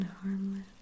harmless